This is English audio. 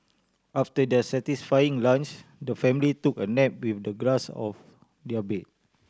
after their satisfying lunch the family took a nap with the grass of their bed